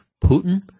Putin